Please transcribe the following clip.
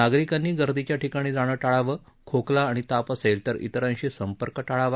नागरिकांनी गर्दीच्या ठिकाणी जाणं टाळावं खोकला आणि ताप असेल तर इतरांशी संपर्क टाळावा